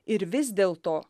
ir vis dėl to